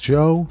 Joe